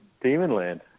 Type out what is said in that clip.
Demonland